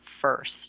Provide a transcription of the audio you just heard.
first